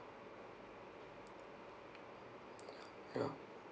ya